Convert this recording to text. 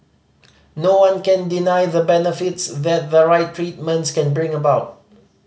no one can deny the benefits that the right treatments can bring about